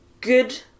good